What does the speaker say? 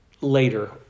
later